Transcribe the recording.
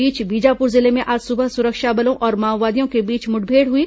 इस बीच बीजापुर जिले में आज सुबह सुरक्षा बलों और माओवादियों के बीच मुठभेड़ हुई